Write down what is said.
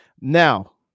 Now